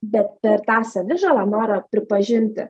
bet per tą savižalą norą pripažinti